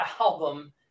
album